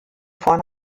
vorne